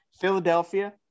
Philadelphia